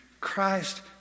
Christ